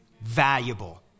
Valuable